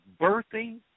birthing